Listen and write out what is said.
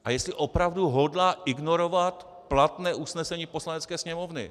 A jestli opravdu hodlá ignorovat platné usnesení Poslanecké sněmovny.